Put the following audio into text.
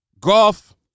golf